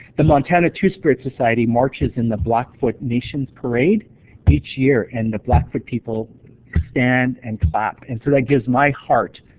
the montana two-spirit society marches in the blackfoot nation parade each year, and the blackfoot people stand and clap. and so that does my heart